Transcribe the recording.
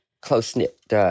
close-knit